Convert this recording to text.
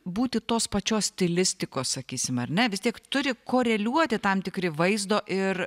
būti tos pačios stilistikos sakysim ar ne vis tiek turi koreliuoti tam tikri vaizdo ir